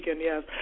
yes